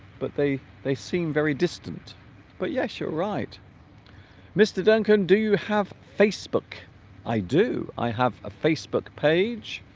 but they they seem very distant but yes you're right mr. duncan do you have facebook i do i have a facebook page